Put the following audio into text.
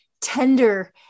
tender